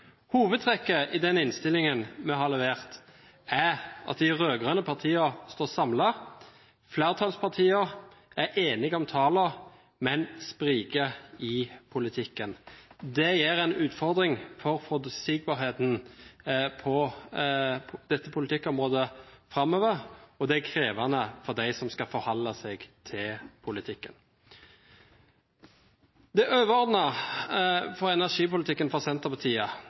Hovedtrekket i den innstillingen vi har levert, er at de rød-grønne partiene står samlet, at flertallspartiene er enige om tallene, men spriker i politikken. Det gir en utfordring for forutsigbarheten på dette politikkområdet framover, og det er krevende for dem som skal forholde seg til politikken. Det overordnede for Senterpartiet